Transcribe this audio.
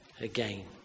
again